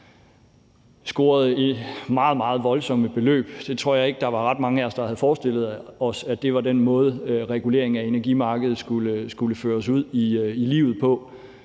scoret meget, meget voldsomme beløb. Jeg tror ikke, der var ret mange af os, der havde forestillet os, at det var den måde, reguleringen af energimarkedet skulle føres ud i livet på.